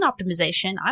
optimization